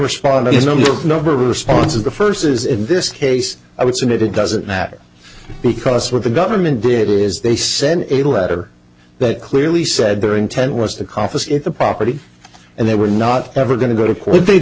respond is only a number response of the first as in this case i would say that it doesn't matter because what the government did is they sent a letter that clearly said their intent was to confiscate the property and they were not ever going to go to court they'